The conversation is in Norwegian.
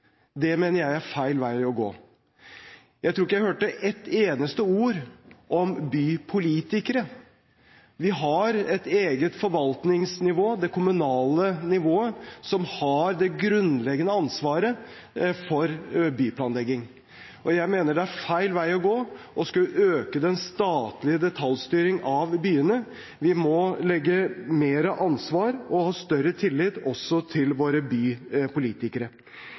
Det mener jeg er feil vei å gå. Jeg tror ikke jeg hørte ett eneste ord om bypolitikere. Vi har et eget forvaltningsnivå, det kommunale nivået, som har det grunnleggende ansvaret for byplanlegging. Jeg mener det er feil vei å gå å skulle øke den statlige detaljstyringen av byene. Vi må legge mer ansvar på og ha større tillit til også våre bypolitikere.